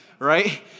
right